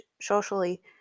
socially